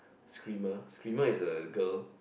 screamer screamer is a girl